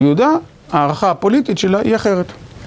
יהודה הערכה הפוליטית שלה היא אחרת.